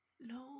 No